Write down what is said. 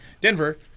Denver